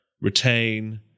retain